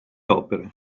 opere